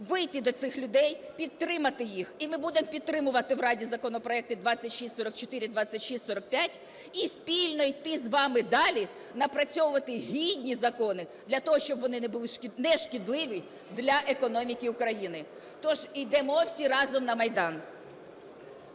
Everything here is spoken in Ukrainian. вийти до цих людей, підтримати їх, і ми будемо підтримувати в Раді законопроекти 2644 і 2645. І спільно йти з вами далі, напрацьовувати гідні закони для того, щоби вони були нешкідливі для економіки України. Тож ідемо всі разом на Майдан.